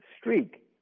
streak